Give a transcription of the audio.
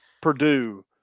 Purdue